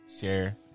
Share